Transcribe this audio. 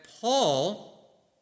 Paul